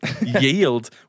yield